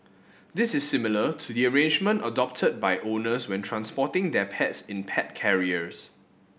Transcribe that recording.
this is similar to the arrangement adopted by owners when transporting their pets in pet carriers